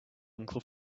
uncle